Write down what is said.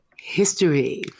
history